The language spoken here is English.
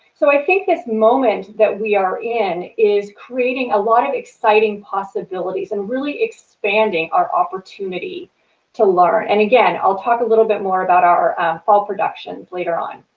so i think this moment that we are in is creating a lot of exciting possibilities and really expanding our opportunity to learn, and again i'll talk a little bit more about our fall productions later on.